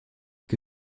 que